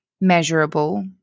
measurable